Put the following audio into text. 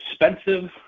expensive